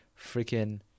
freaking